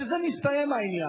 בזה נסתיים העניין.